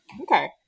Okay